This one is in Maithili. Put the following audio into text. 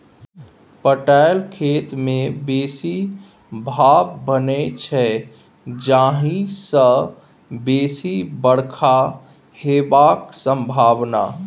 पटाएल खेत मे बेसी भाफ बनै छै जाहि सँ बेसी बरखा हेबाक संभाबना